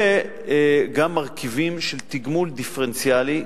וגם מרכיבים של תגמול דיפרנציאלי,